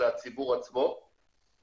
זה הציבור עצמו,